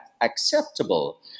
acceptable